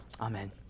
Amen